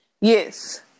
yes